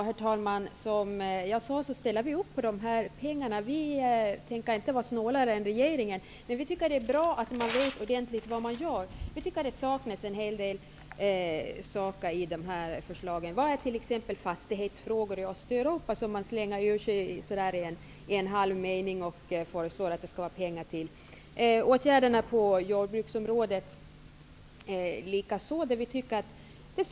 Herr talman! Som jag sade ställer vi upp när det gäller pengarna. Vi tänker inte vara snålare än regeringen, men vi tycker att det är bra att verkligen veta vad man gör. Vi tycker att det saknas en hel del i förslagen. Vad är t.ex. ''fastighetsfrågor i Östeuropa'', som man slänger ur sig i en halvmening och föreslår pengar till åtgärder på jordbruksområdet?